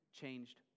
changed